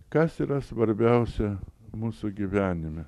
kas yra svarbiausia mūsų gyvenime